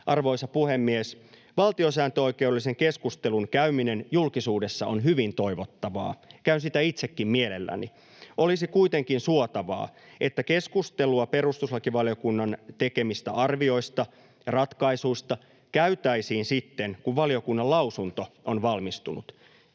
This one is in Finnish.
Arvoisa puhemies! Valtiosääntöoikeudellisen keskustelun käyminen julkisuudessa on hyvin toivottavaa — käyn sitä itsekin mielelläni. Olisi kuitenkin suotavaa, että keskustelua perustuslakivaliokunnan tekemistä arvioista ja ratkaisuista käytäisiin sitten, kun valiokunnan lausunto on valmistunut,